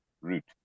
route